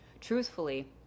Truthfully